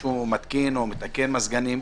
אבל מישהו מתקשר ומזמין,